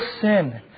sin